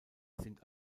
sind